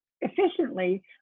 efficiently